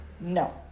No